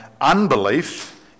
unbelief